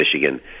Michigan